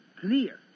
clear